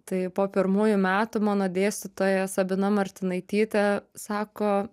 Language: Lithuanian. tai po pirmųjų metų mano dėstytoja sabina martinaitytė sako